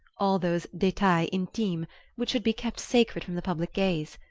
all those details intimes which should be kept sacred from the public gaze.